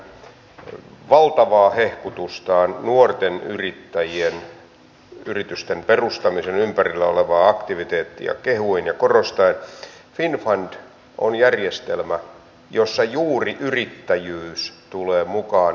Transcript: edustaja juhantalo viittasi venäjään venäjän vientiin ja tältä osin totean että kun puhutaan suomen ja venäjän poliittisista ja taloudellisista suhteista meillä on eri arvopohja venäjän kanssa mutta sama raideleveys